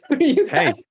hey